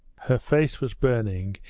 her face was burning,